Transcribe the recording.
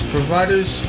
Providers